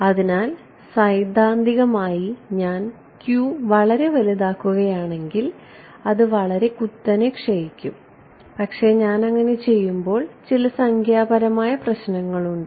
അതിനാൽ സൈദ്ധാന്തികമായി ഞാൻ q വളരെ വലുതാക്കുകയാണെങ്കിൽ അത് വളരെ കുത്തനെ ക്ഷയിക്കും പക്ഷേ ഞാൻ അങ്ങനെ ചെയ്യുമ്പോൾ ചില സംഖ്യാപരമായ പ്രശ്നങ്ങളുണ്ട്